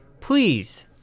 Please